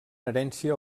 herència